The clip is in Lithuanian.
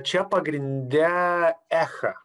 čia pagrinde echa